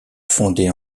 fondait